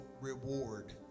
reward